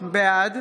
בעד